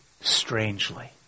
strangely